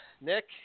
Nick